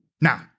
Now